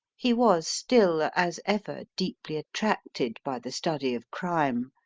he was still, as ever, deeply attracted by the study of crime,